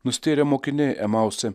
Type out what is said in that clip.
nustėrę mokiniai emause